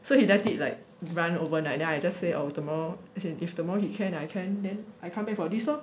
so he let it like run overnight then I just say oh tomorrow as in if tomorrow he can I can then I come back for this lor